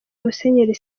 musenyeri